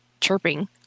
chirping